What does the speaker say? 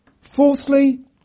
Fourthly